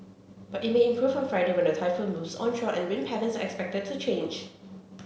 but it may improve on Friday when the typhoon moves onshore and wind patterns are expected to change